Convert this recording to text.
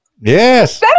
Yes